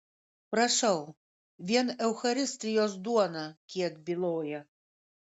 prašau vien eucharistijos duona kiek byloja